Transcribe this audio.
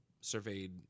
surveyed